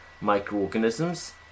microorganisms